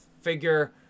figure